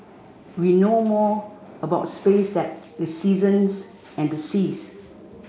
we know more about space than the seasons and the seas